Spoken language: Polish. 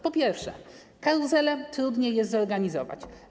Po pierwsze, karuzelę trudniej jest zorganizować.